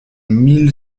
mille